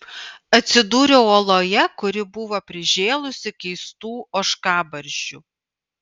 atsidūriau oloje kuri buvo prižėlusi keistų ožkabarzdžių